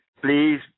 Please